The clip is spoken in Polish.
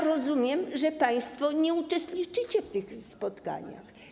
Rozumiem, że państwo nie uczestniczycie w tych spotkaniach.